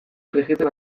frijitzen